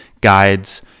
guides